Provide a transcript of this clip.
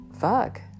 fuck